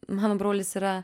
mano brolis yra